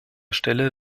stelle